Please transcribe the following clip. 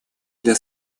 для